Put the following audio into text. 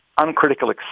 uncritical